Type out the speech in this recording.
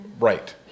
right